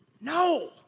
No